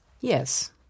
Yes